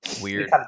Weird